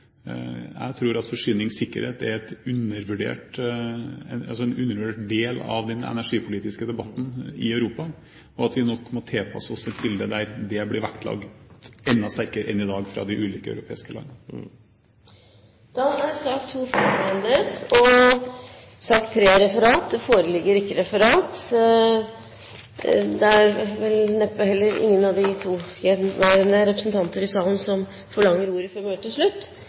er en undervurdert del av den energipolitiske debatten i Europa, og at vi nok må tilpasse oss et bilde der det blir vektlagt enda sterkere enn i dag fra de ulike europeiske landene. Da er sak nr. 2 ferdigbehandlet. Det foreligger ikke noe referat. Den gjenværende representanten i salen forlanger vel neppe ordet før møtet er slutt? – Dermed er møtet